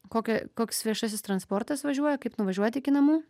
kokia koks viešasis transportas važiuoja kaip nuvažiuoti iki namų